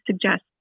suggest